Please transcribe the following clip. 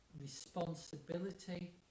responsibility